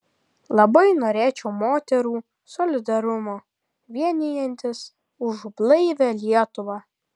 labai norėčiau moterų solidarumo vienijantis už blaivią lietuvą